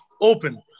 open